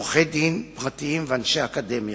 עורכי-דין פרטיים ואנשי אקדמיה.